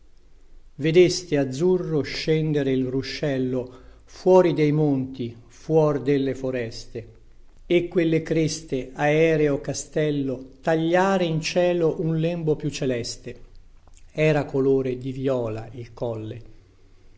vedeste azzurro scendere il ruscello fuori dei monti fuor delle foreste e quelle creste aereo castello tagliare in cielo un lembo piu celeste era colore di viola il colle